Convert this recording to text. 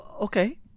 okay